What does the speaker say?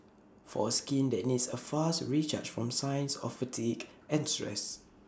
for skin that needs A fast recharge from signs of fatigue and stress